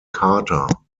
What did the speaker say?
carter